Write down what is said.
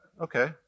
Okay